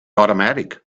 automatic